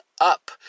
up